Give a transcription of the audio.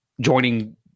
joining